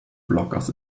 blockers